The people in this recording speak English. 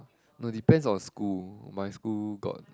no depends on school my school got